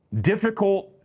difficult